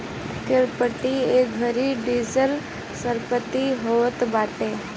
cryptocurrency एगो digital संपत्ति होत बाटे